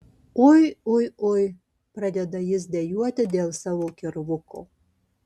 ui ui ui pradeda jis dejuoti dėl savo kirvuko